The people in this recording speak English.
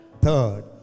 Third